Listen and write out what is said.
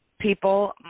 people